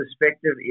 perspective